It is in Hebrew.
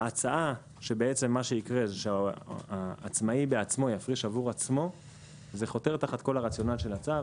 ההצעה שלפיה העצמאי יפריש עבור עצמו חותרת תחת כל הרציונל של הצו.